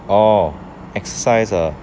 orh exercise ah